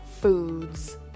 foods